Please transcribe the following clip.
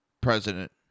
President